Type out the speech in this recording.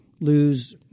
lose